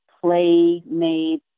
play-made